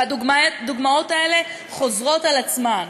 והדוגמאות האלה חוזרות על עצמן.